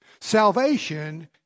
Salvation